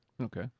Okay